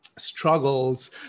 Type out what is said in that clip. struggles